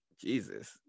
jesus